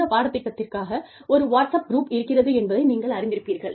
இந்த பாடத்திட்டத்திற்காக ஒரு வாட்ஸ்அப் குரூப் இருக்கிறது என்பதை நீங்கள் அறிந்திருப்பீர்கள்